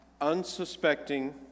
unsuspecting